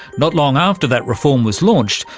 not long after that reform was launched,